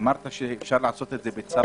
אמרת שאפשר לעשות את זה בצו הרחבה.